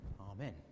Amen